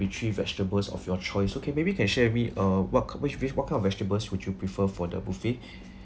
three vegetables of your choice okay maybe you can share with me uh what k~ which which what kind of vegetables would you prefer for the buffet